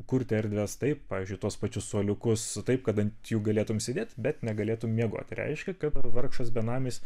kurti erdves taip pavyzdžiui tuos pačius suoliukus taip kad ant jų galėtum sėdėt bet negalėtum miegoti reiškia kad vargšas benamis